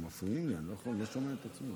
הם מפריעים, אני לא שומע את עצמי,